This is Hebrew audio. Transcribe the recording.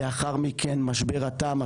לאחר מכן משבר התמ"א.